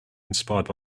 inspired